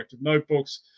notebooks